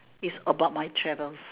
it's about my travels